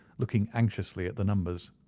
looking anxiously at the numbers.